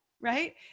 right